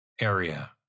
area